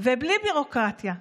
ובלי ביורוקרטיה,